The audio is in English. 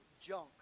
junk